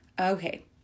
okay